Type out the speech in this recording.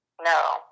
No